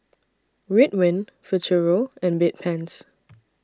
Ridwind Futuro and Bedpans